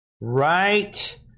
Right